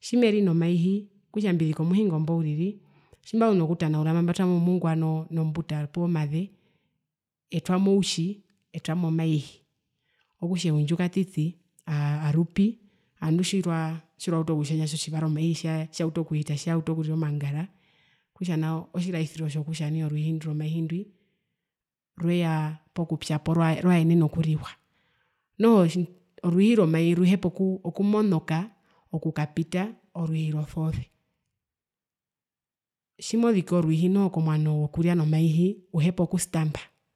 Tjimeri nomaihi okutja mbizika omuhingo mbo uriri tjimbazu nokutanaura mba mbatwamo mongwa nombuta poo maze etwamo outji etwamo maihi okutja eundju katiti arupi ngandu tjirwautu okutjendja otjivara omaihi tjiyaa jiyautu okuhita tjiyautu okurira omangara okutja nao otjiraisiro tjokutja orwiihi ndwi rweya pokupya poo rwaenene okuriwa noho rwiihi romaihi ruhepa okumonoka okukapita orwiihi rosoose tjimoziki orwiihi noho mwano wokurya nomaihi uhepa okustamba.